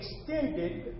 extended